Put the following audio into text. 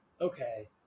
okay